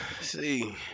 see